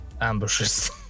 ambushes